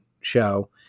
show